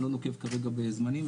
אני לא נוקב כרגע בזמנים,